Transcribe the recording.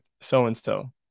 so-and-so